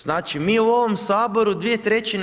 Znači mi u ovom Saboru 2/